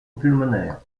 pulmonaire